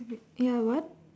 ya what